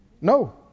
No